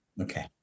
Okay